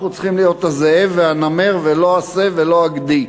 אנחנו צריכים להיות הזאב והנמר ולא השה ולא הגדי,